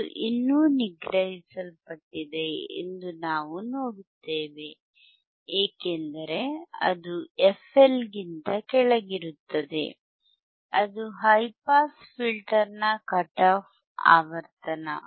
ಇದು ಇನ್ನೂ ನಿಗ್ರಹಿಸಲ್ಪಟ್ಟಿದೆ ಎಂದು ನಾವು ನೋಡುತ್ತೇವೆ ಏಕೆಂದರೆ ಅದು fL ಗಿಂತ ಕೆಳಗಿರುತ್ತದೆ ಅದು ಹೈ ಪಾಸ್ ಫಿಲ್ಟರ್ನ ಕಟ್ ಆಫ್ ಆವರ್ತನ